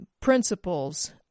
principles